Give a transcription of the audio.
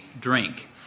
drink